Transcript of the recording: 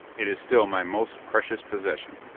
it is still my most precious possession.